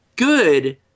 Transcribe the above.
Good